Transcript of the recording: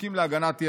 הזקוקים להגנת יתר.